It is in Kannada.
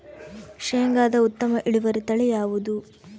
ಶೇಂಗಾದ ಉತ್ತಮ ಇಳುವರಿ ತಳಿ ಯಾವುದು?